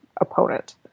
opponent